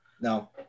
No